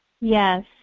Yes